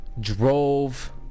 drove